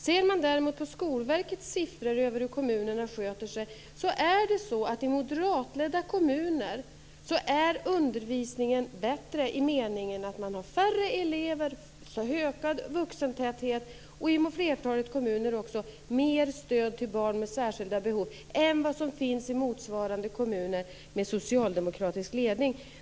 Ser man däremot på Skolverkets siffror över hur kommunerna sköter sig är undervisningen i moderatledda kommuner bättre i meningen att de har färre elever och större vuxentäthet, och i flertalet kommuner ger man också mer stöd till barn med särskilda behov än vad som sker i motsvarande kommuner med socialdemokratisk ledning.